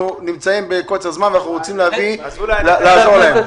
אנחנו בקוצר זמן ואנחנו רוצים לעזור להם.